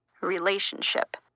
relationship